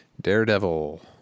Daredevil